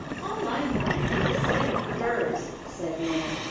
all i want is a set of furs, said nan,